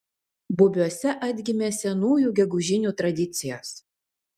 bubiuose atgimė senųjų gegužinių tradicijos